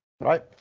right